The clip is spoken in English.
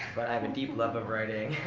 but i have a deep love of writing,